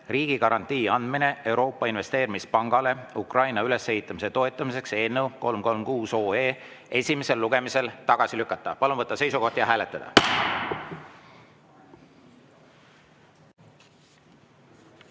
"Riigigarantii andmine Euroopa Investeerimispangale Ukraina ülesehitamise toetamiseks" eelnõu 336 esimesel lugemisel tagasi lükata. Palun võtta seisukoht ja hääletada!